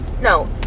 No